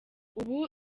ubu